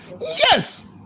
Yes